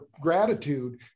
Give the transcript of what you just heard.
gratitude